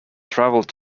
travelled